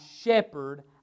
shepherd